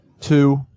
Two